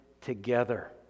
together